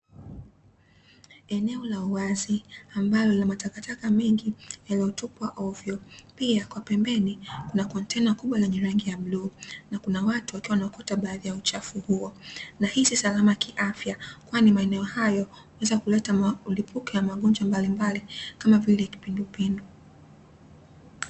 Eneo la wazi ambalo lina matakataka mengi yaliyotupwa ovyo, pia kwa pembeni kuna kontena kubwa lenye rangi ya bluu, na kuna watu wakiwa wanaokota baadhi ya uchafu huo, na hii si salama kiafya kwani maeneo hayo huweza kuleta ma mlipuko ya magonjwa mbalimbali kama vile; kipindupindu.